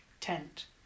tent